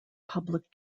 public